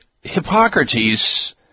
Hippocrates